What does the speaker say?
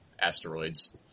Asteroids